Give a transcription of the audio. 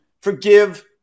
forgive